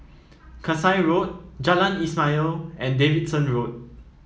Kasai Road Jalan Ismail and Davidson Road